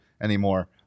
anymore